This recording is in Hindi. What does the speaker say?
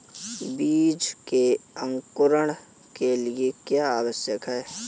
बीज के अंकुरण के लिए क्या आवश्यक है?